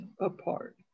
apart